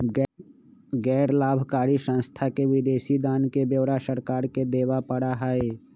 गैर लाभकारी संस्था के विदेशी दान के ब्यौरा सरकार के देवा पड़ा हई